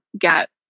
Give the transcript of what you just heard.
get